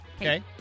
Okay